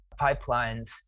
pipelines